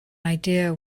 idea